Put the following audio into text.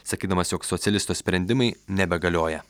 sakydamas jog socialisto sprendimai nebegalioja